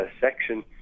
section